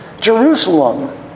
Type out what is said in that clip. Jerusalem